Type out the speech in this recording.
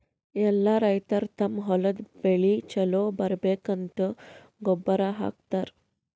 ಎಲ್ಲಾ ರೈತರ್ ತಮ್ಮ್ ಹೊಲದ್ ಬೆಳಿ ಛಲೋ ಬರ್ಬೇಕಂತ್ ಗೊಬ್ಬರ್ ಹಾಕತರ್